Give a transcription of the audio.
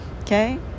okay